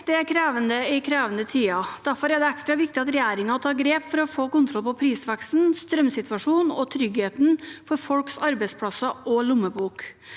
Det er krevende i krevende tider. Derfor er det ekstra viktig at regjeringen tar grep for å få kontroll på prisveksten, strømsituasjo nen og tryggheten for folks arbeidsplasser og lommebok.